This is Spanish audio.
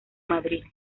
madrid